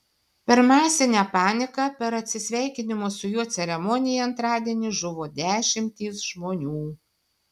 per masinę paniką per atsisveikinimo su juo ceremoniją antradienį žuvo dešimtys žmonių